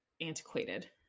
antiquated